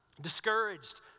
discouraged